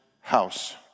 house